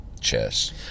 Chess